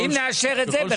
אם נאשר את זה,